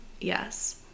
yes